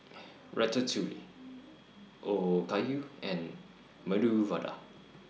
Ratatouille Okayu and Medu Vada